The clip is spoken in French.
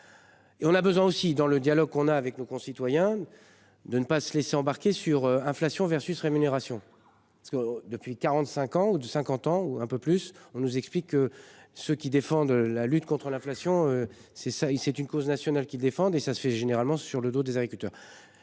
Et on a besoin aussi dans le dialogue qu'on a avec nos concitoyens de ne pas se laisser embarquer sur inflation versus rémunération. Parce que depuis 45 ans ou de 50 ans ou un peu plus, on nous explique que ceux qui défendent la lutte contre l'inflation. C'est ça, c'est une cause nationale qui défendent et ça se fait généralement sur le dos des agriculteurs.